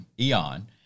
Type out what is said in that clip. eon